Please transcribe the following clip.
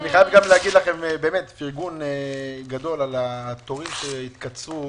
אני חייב לפרגן לכם מאוד על התורים שהתקצרו,